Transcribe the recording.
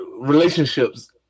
relationships